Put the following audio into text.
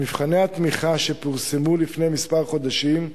מבחני התמיכה פורסמו לפני כמה חודשים,